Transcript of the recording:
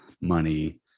money